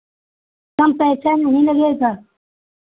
कम पैसा नहीं लगेगा